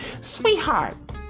Sweetheart